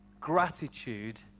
gratitude